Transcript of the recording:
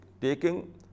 taking